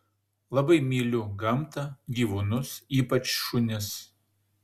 labai myliu gamtą gyvūnus ypač šunis